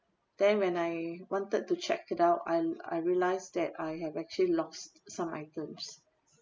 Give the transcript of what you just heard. then when I wanted to check it out I'm I realised that I have actually lost some items